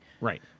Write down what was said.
Right